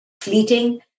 fleeting